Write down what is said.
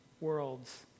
world's